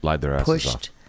pushed